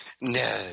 No